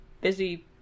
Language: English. busy